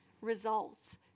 results